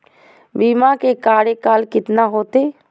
बीमा के कार्यकाल कितना होते?